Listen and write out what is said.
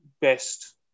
best